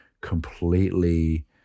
completely